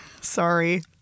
Sorry